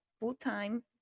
full-time